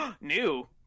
New